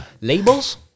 labels